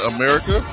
America